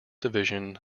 division